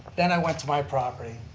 then i went to my property.